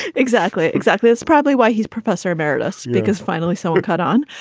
exactly. exactly. that's probably why he's professor emeritus. because finally, someone cut on.